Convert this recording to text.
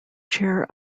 chair